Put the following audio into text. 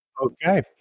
okay